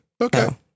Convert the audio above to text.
Okay